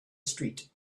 street